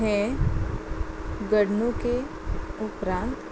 हे घडणुके उपरांत